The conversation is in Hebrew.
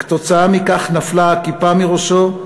כתוצאה מכך נפלה הכיפה מראשו,